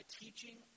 teaching